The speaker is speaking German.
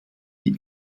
die